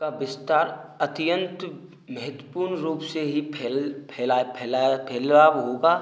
का विस्तार अत्यंत महत्वपूर्ण रूप से ही फैल रहा होगा